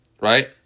right